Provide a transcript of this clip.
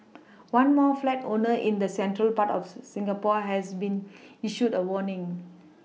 one more flat owner in the central part of Singapore has been issued a warning